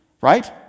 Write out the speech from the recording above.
right